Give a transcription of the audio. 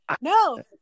no